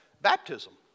baptism